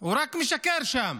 הוא רק משקר שם.